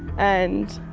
and